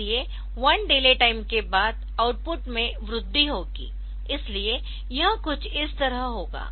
इसलिए 1 delay time के बाद आउटपुट में वृद्धि होगी इसलिए यह कुछ इस तरह होगा